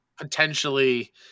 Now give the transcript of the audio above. potentially